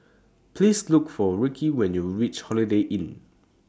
Please Look For Rickie when YOU REACH Holiday Inn